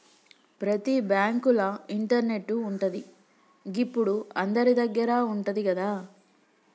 ప్రతి బాంకుల ఇంటర్నెటు ఉంటది, గిప్పుడు అందరిదగ్గర ఉంటంది గదా